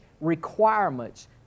requirements